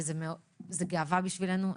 זו גאווה בשבילנו.